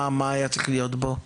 מה היה צריך להיות בו?